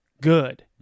good